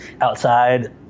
outside